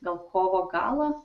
gal kovo galo